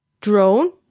drone